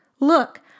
Look